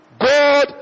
God